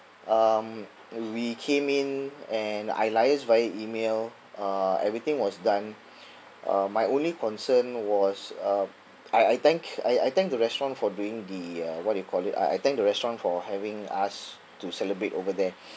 um we came in and I liaised via email uh everything was done uh my only concern was um I I thank I I thank the restaurant for doing the uh what do you call it uh I thank the restaurant for having us to celebrate over there